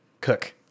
cook